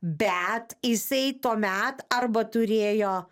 bet jisai tuomet arba turėjo